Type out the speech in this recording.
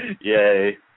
Yay